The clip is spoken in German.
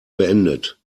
beendet